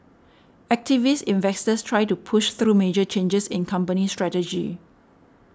activist investors try to push through major changes in company strategy